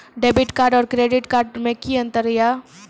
Debit card और credit card मे कि अंतर या?